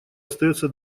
остается